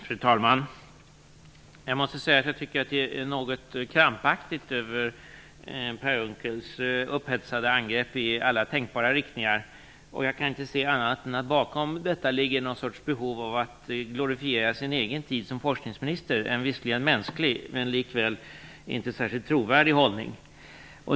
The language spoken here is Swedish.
Fru talman! Jag måste säga att jag tycker att det är något krampaktigt över Per Unckels upphetsade angrepp i alla tänkbara riktningar. Jag kan inte se annat än att det bakom detta ligger någon sorts behov av att glorifiera sin egen tid som forskningsminister - en visserligen mänsklig men likväl inte särskilt trovärdig hållning.